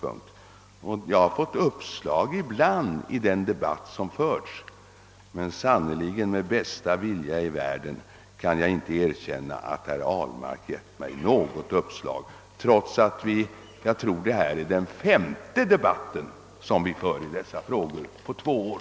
Ibland har jag fått uppslag i den debatt som förts, men med bästa vilja i världen kan jag inte påstå att herr Ahlmark givit mig något sådant, trots att det torde vara femte gången på två år som vi diskuterar dessa frågor.